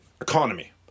economy